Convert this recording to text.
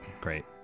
great